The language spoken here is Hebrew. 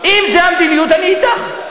אם זו המדיניות, אני אתך.